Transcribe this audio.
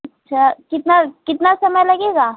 अच्छा कितना कितना समय लगेगा